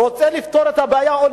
ורצה לפתור את הבעיה או לסייע,